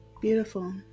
beautiful